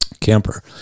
camper